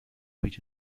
which